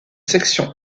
section